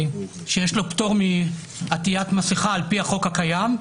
שיש לו פטור מעטיית מסכה על פי החוק הקיים,